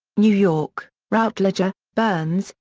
new york routledge. ah burns,